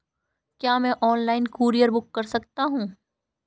क्या मैं online courier book कर सकता हूँ?